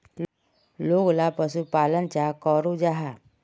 लोकला पशुपालन चाँ करो जाहा?